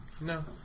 No